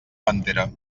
pantera